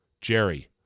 Jerry